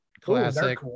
classic